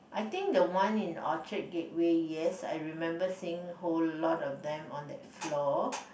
I think the one in Orchard Gateway yes I remember seeing whole lot of them on that floor